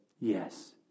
Yes